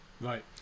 Right